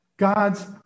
God's